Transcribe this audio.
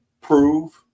prove